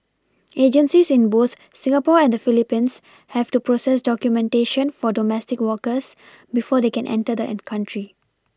agencies in both Singapore and the PhilipPines have to process documentation for domestic workers before they can enter the an country